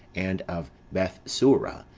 and of bethsura,